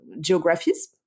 geographies